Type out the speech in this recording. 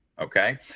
okay